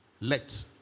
Let